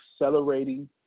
accelerating